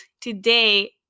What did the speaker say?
today